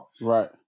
right